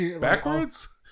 Backwards